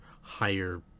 higher